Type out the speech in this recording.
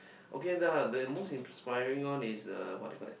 okay lah the most inspiring one is uh what do you call that